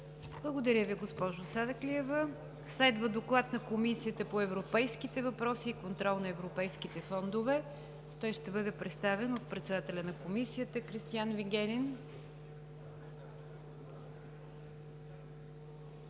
Благодаря Ви, госпожо Савеклиева. Следва доклад на Комисията по европейските въпроси и контрол на европейските фондове. Той ще бъде представен от председателя на Комисията Кристиан Вигенин.